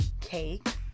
cake